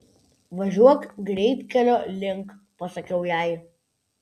važiuok greitkelio link pasakiau jai